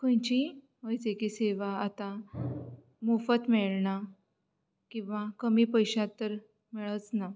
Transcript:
खंयचीय वैजकी सेवा आता मोफत मेळना किंवां कमी पयश्याक तर मेळच ना